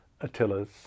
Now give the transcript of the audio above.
Attila's